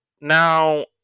Now